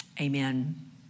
Amen